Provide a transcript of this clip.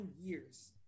years